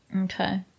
Okay